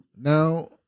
Now